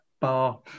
bar